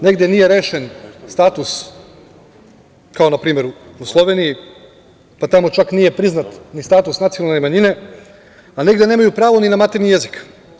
Negde nije rešen status, kao na primer u Sloveniji, pa tamo čak nije ni priznat status nacionalne manjine, a negde nemaju pravo ni na maternji jezik.